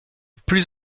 plus